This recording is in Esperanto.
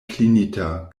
klinita